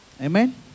Amen